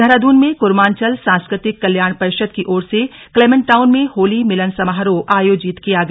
देहरादून में कूर्मांचल सांस्कृतिक कल्याण परिषद की ओर से क्लेमेंटाउन में होली मिलन समारोह आयोजित किया गया